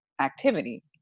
activity